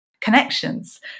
connections